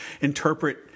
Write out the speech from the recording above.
interpret